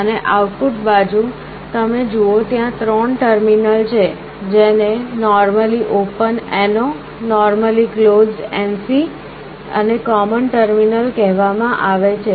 અને આઉટપુટ બાજુ તમે જુઓ ત્યાં ત્રણ ટર્મિનલ છે જેને normally open normally closed અને common terminal કહેવામાં આવે છે